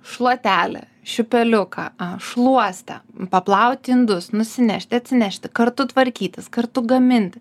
šluotelė šiupeliuką šluostę paplauti indus nusinešti atsinešti kartu tvarkytis kartu gaminti